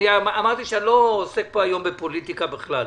אמרתי שאני לא עוסק פה היום בפוליטיקה בכלל.